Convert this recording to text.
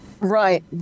right